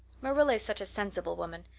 marilla is such a sensible woman.